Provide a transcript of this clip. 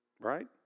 right